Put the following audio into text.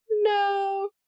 No